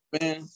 man